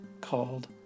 called